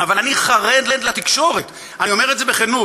אבל אני חרד לתקשורת, אני אומר את זה בכנות.